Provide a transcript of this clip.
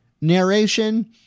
narration